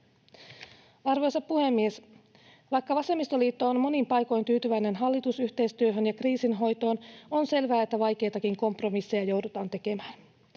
Arvoisa puhemies! Vaikka vasemmistoliitto on monin paikoin tyytyväinen hallitusyhteistyöhön ja kriisinhoitoon, on selvää, että vaikeitakin kompromisseja joudutaan tekemään.